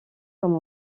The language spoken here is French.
comme